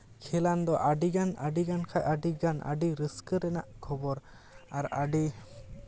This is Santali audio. ᱠᱷᱮᱞᱟᱱ ᱫᱚ ᱟᱹᱰᱤᱜᱟᱱ ᱟᱹᱰᱤᱜᱟᱱ ᱠᱷᱟᱡ ᱟᱹᱰᱤᱜᱟᱱ ᱟᱹᱰᱤ ᱨᱟᱹᱥᱠᱟᱹ ᱨᱮᱱᱟᱜ ᱠᱷᱚᱵᱚᱨ ᱟᱨ ᱟᱹᱰᱤ